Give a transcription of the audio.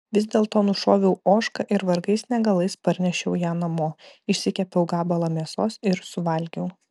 vis dėlto nušoviau ožką ir vargais negalais parnešiau ją namo išsikepiau gabalą mėsos ir suvalgiau